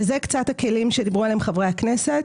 זה קצת הכלים שדיברו עליהם חברי הכנסת